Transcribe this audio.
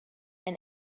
and